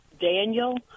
Daniel